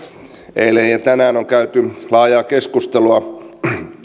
eilen ja tänään on käyty laajaa keskustelua